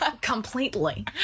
completely